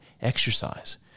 exercise